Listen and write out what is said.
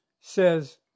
says